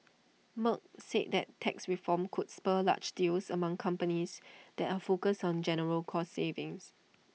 Merck said that tax reform could spur large deals among companies that are focused on general cost savings